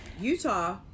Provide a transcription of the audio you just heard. Utah